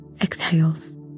exhales